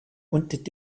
und